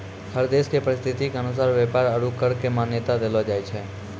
हर देश के परिस्थिति के अनुसार व्यापार आरू कर क मान्यता देलो जाय छै